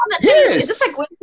Yes